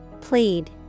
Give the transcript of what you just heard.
Plead